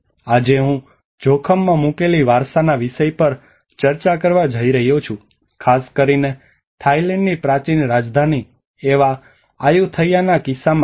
આજે હું જોખમમાં મુકેલી વારસાના વિષય પર ચર્ચા કરવા જઇ રહ્યો છું ખાસ કરીને થાઇલેન્ડની પ્રાચીન રાજધાની એવા આયુથૈયાના કિસ્સામાં